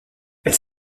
elle